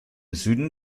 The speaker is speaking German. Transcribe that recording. süden